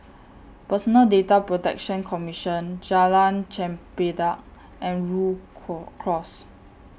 Personal Data Protection Commission Jalan Chempedak and Rhu Cross